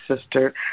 Sister